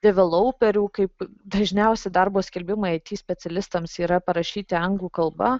develauperių kaip dažniausi darbo skelbimai it specialistams yra parašyti anglų kalba